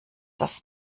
das